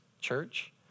church